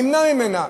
נמנעת ממנה.